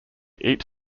each